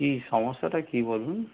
কী সমস্যাটা কী বলুন